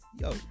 yo